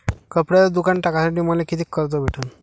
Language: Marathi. कपड्याचं दुकान टाकासाठी मले कितीक कर्ज भेटन?